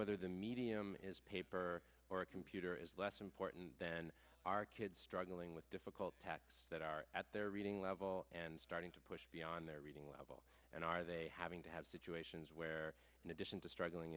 whether the medium is paper or a computer is less important than our kids struggling with difficult tasks that are at their reading level and starting to push beyond their reading level and are they having to have situations where in addition to struggling